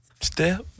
Step